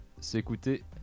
s'écouter